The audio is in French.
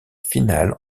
finale